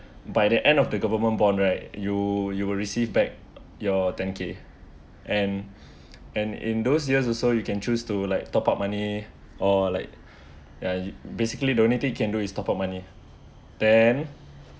by the end of the government bond right you you will receive back your ten k and and in those years also you can choose to like top up money or like ya basically the only thing you can do is top up money then